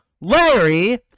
Larry